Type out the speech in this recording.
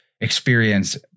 experience